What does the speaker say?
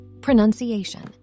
pronunciation